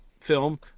film